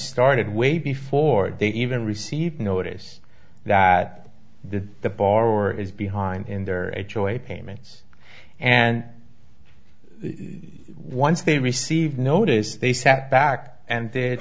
started way before they even received notice that the the borrower is behind in their a choice payments and once they received notice they sat back and